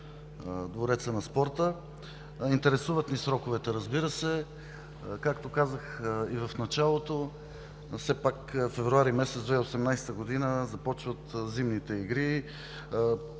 Двореца на спорта? Интересуват ни сроковете, разбира се. Както казах в началото, все пак месец февруари 2018 г. започват Зимните игри,